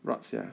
rabs sia